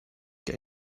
get